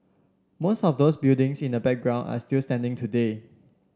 most of those buildings in the background are still standing today